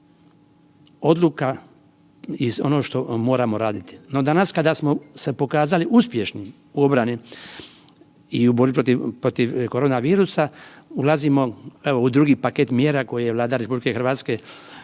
odluka iz ono što moramo raditi. No, danas kada smo se pokazali uspješnim u obrani i u borbi protiv korona virusa ulazimo evo u drugi paket mjera koje je Vlada RH predložila Hrvatskom